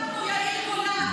יאיר גולן,